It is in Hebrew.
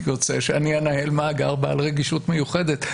יוצא שאני אנהל מאגר בכל רגישות מיוחדת,